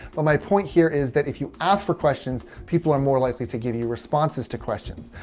but my point here is that if you ask for questions people are more likely to give you responses to questions.